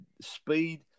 speed